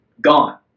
gone